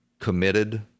committed